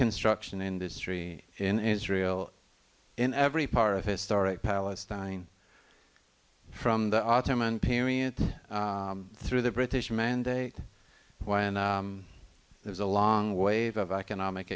construction industry in israel in every part of historic palestine from the ottoman period through the british mandate when there's a long wave of economic